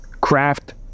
craft